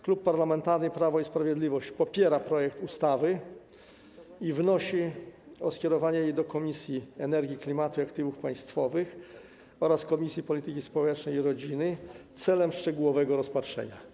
Klub Parlamentarny Prawo i Sprawiedliwość popiera projekt ustawy i wnosi o skierowanie jej do Komisji Energii, Klimatu i Aktywów Państwowych oraz do Komisji Polityki Społecznej i Rodziny celem szczegółowego rozpatrzenia.